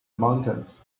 mountains